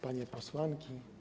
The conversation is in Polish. Panie Posłanki!